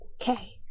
Okay